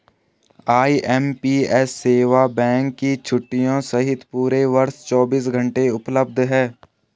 IMPS सेवा bank की छुट्टियों सहित पूरे वर्ष चौबीस घंटे उपलब्ध है